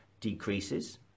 decreases